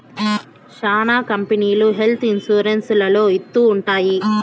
శ్యానా కంపెనీలు health insurance లలో ఇత్తూ ఉంటాయి